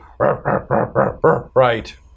right